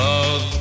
Love